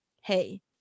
hey